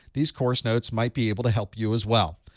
these course notes might be able to help you as well.